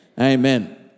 Amen